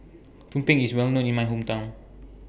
Tumpeng IS Well known in My Hometown